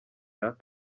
raa